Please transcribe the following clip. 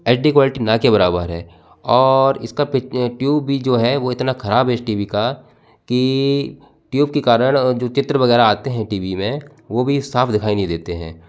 H D quality ना के बराबर है और इसका ट्यूब भी जो है वो इतना खराब है इस टी वी का की ट्यूब के कारण अ जो चित्र वगैरह आते हैं टी वी में वो भी साफ दिखाई नहीं देते हैं